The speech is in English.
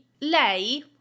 lei